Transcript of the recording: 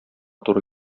туры